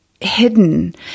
hidden